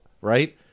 right